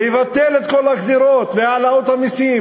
לבטל את כל הגזירות והעלאות המסים.